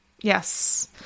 Yes